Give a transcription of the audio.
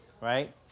right